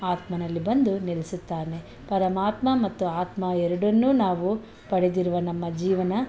ಆತ್ಮನಲ್ಲಿ ಬಂದು ನೆಲೆಸುತ್ತಾನೆ ಪರಮಾತ್ಮ ಮತ್ತು ಆತ್ಮ ಎರಡನ್ನು ನಾವು ಪಡೆದಿರುವ ನಮ್ಮ ಜೀವನ